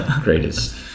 greatest